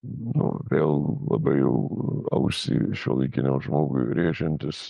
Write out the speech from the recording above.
nu vėl labai jau ausį šiuolaikiniam žmogui rėžiantis